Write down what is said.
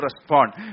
respond